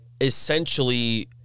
essentially